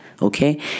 okay